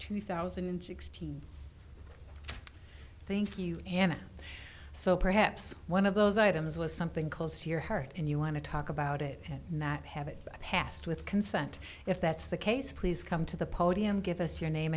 two thousand and sixteen thank you and so perhaps one of those items was something close to your heart and you want to talk about it not have it passed with consent if that's the case please come to the podium give us your name